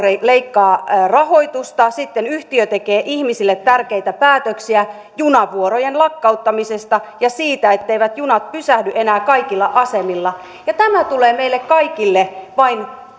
leikkaa rahoitusta sitten yhtiö tekee ihmisille tärkeitä päätöksiä junavuorojen lakkauttamisesta ja siitä etteivät junat pysähdy enää kaikilla asemilla ja tämä tulee meille kaikille vain